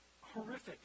horrific